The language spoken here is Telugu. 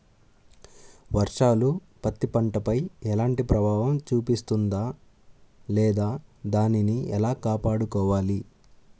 వర్షాలు పత్తి పంటపై ఎలాంటి ప్రభావం చూపిస్తుంద లేదా దానిని ఎలా కాపాడుకోవాలి?